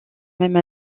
même